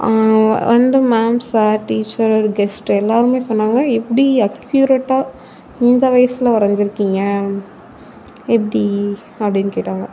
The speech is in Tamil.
வந்த மேம் சார் டீச்சர் கெஸ்ட்டு எல்லாேருமே சொன்னாங்க எப்படி அக்யூரேட்டாக இந்த வயசில் வரைஞ்சிருக்கீங்க எப்படி அப்படின் கேட்டாங்க